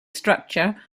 structure